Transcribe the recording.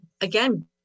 again